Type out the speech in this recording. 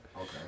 Okay